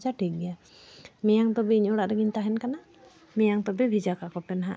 ᱟᱪᱪᱷᱟ ᱴᱷᱤᱠ ᱜᱮᱭᱟ ᱢᱮᱭᱟᱝ ᱛᱚᱵᱮ ᱤᱧ ᱚᱲᱟᱜ ᱨᱮᱜᱮᱧ ᱛᱟᱦᱮᱱ ᱠᱟᱱᱟ ᱢᱮᱭᱟᱝ ᱛᱚᱵᱮ ᱵᱷᱮᱡᱟ ᱠᱟᱠᱚ ᱯᱮ ᱱᱟᱦᱟᱜ